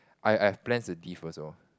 I I've plans to leave also